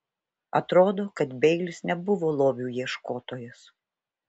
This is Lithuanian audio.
atrodo kad beilis nebuvo lobių ieškotojas